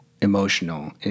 emotional